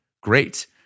great